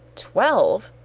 twelve!